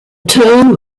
term